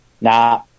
Nah